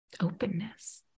openness